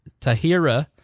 Tahira